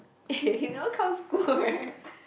eh he never come school eh